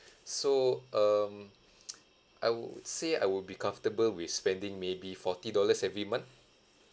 so um I would say I would be comfortable with spending maybe forty dollars every month